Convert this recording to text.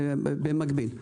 זה במקביל.